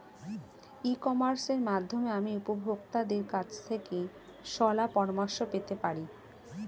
ই কমার্সের মাধ্যমে আমি উপভোগতাদের কাছ থেকে শলাপরামর্শ পেতে পারি?